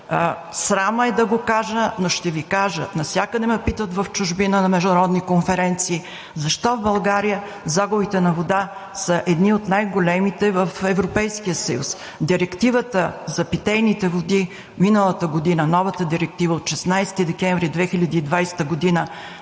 Срам ме е, но ще Ви кажа: навсякъде в чужбина на международни конференции ме питат защо в България загубите на вода са едни от най-големите в Европейския съюз. Директивата за питейните води от миналата година – новата Директива от 16 декември 2020 г.,